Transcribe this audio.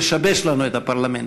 לשבש לנו את הפרלמנט.